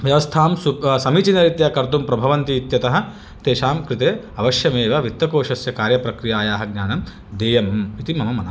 व्यवस्थां सु समीचीनरीत्या कर्तुं प्रभवन्ति इत्यतः तेषां कृते अवश्यमेव वित्तकोशस्य कार्यप्रक्रियायाः ज्ञानं देयम् इति मम मनः